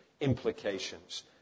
implications